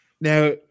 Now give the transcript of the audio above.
Now